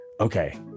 okay